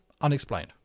unexplained